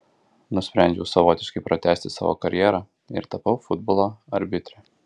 nusprendžiau savotiškai pratęsti savo karjerą ir tapau futbolo arbitre